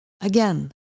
again